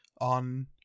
on